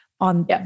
on